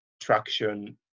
traction